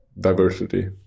diversity